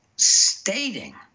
stating